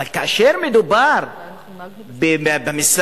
אבל כאשר מדובר במשרה,